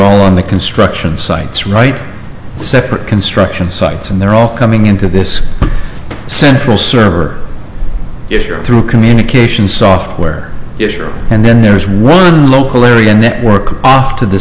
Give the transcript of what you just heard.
all in the construction sites right separate construction sites and they're all coming into this central server issue through communication software issue and then there is one local area network off to the